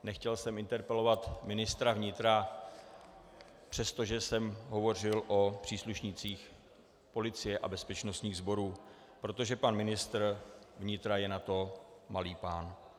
Nechtěl jsem interpelovat ministra vnitra, přestože jsem hovořil o příslušnících policie a bezpečnostních sborů, protože pan ministr vnitra je na to malý pán.